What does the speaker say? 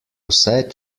vse